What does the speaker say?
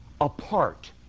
apart